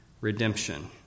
redemption